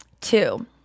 two